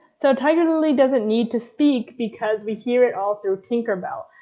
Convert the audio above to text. so tiger lily doesn't need to speak because we hear it all through tinkerbell.